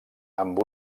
amb